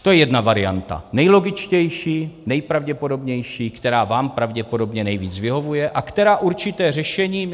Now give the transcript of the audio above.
To je jedna varianta, nejlogičtější, nejpravděpodobnější, která vám pravděpodobně nejvíc vyhovuje, která určité řešení...